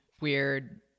weird